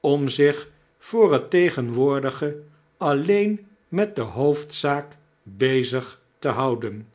om zich voor het tegenwoordige alleen met de hoofdzaak bezig te houden